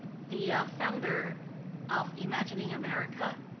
the founder of imagining america,